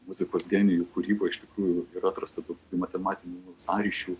muzikos genijų kūryba iš tikrųjų yra atrastą matematinių sąryšių